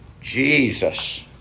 Jesus